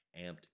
amped